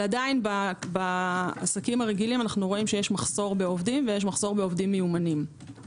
עדיין בעסקים הרגילים יש מחסור בעובדים ויש מחסור בעובדים מיומנים.